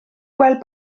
gweld